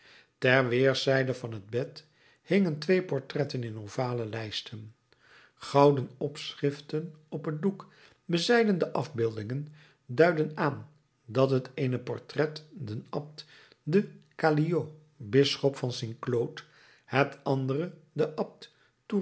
ter weerszijden van het bed hingen twee portretten in ovale lijsten gouden opschriften op het doek bezijden de afbeeldingen duidden aan dat het eene portret den abt de chaliot bisschop van st claude het andere den abt